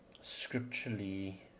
scripturally